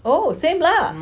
oh same lah